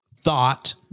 thought